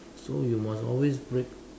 so you must always break